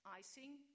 icing